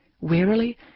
Wearily